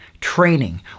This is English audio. training